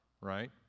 right